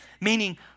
meaning